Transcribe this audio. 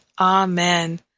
Amen